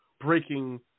breaking